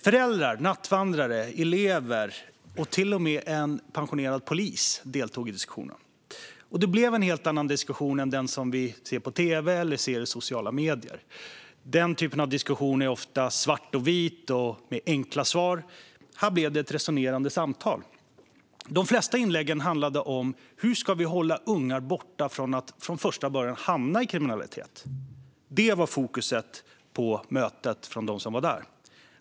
Föräldrar, nattvandrare, elever och till och med en pensionerad polis deltog i diskussionen, och det blev en helt annan diskussion än den vi ser på tv eller i sociala medier. Den typen av diskussion är ofta svart och vit och har enkla svar, men här blev det ett resonerande samtal. De flesta inläggen handlade om hur vi ska hålla unga borta från kriminalitet från första början. Detta var fokus hos dem som var på mötet.